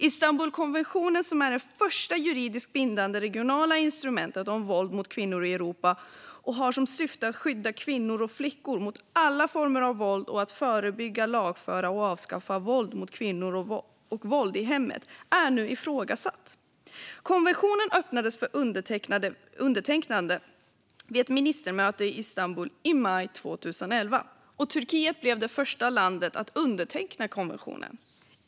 Istanbulkonventionen som är det första juridiskt bindande regionala instrumentet om våld mot kvinnor i Europa och som har som syfte att skydda kvinnor och flickor mot alla former av våld och att förebygga, lagföra och avskaffa våld mot kvinnor och våld i hemmet är nu ifrågasatt. Konventionen öppnades för undertecknande vid ett ministermöte i Istanbul i maj 2011. Turkiet blev det första landet att underteckna konventionen.